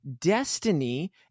Destiny